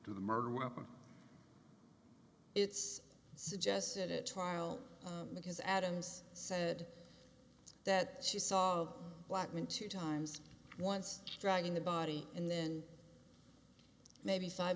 the murder weapon it's suggested it tomorrow because adams said that she saw black men two times once dragging the body and then maybe five